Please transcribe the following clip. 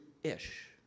ish